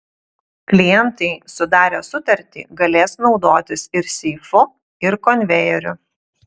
klientai sudarę sutartį galės naudotis ir seifu ir konvejeriu